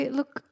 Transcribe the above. look